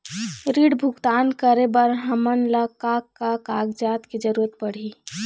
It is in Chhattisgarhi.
ऋण भुगतान करे बर हमन ला का का कागजात के जरूरत पड़ही?